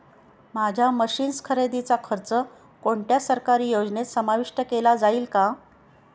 माझ्या मशीन्स खरेदीचा खर्च कोणत्या सरकारी योजनेत समाविष्ट केला जाईल का?